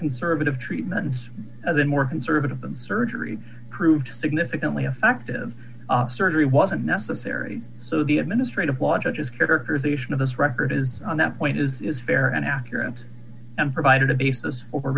conservative treatments as a more conservative than surgery proved significantly affective surgery wasn't necessary so the administrative law judges characterization of this record is on that point is is fair and accurate and provided a basis for